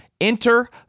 Enter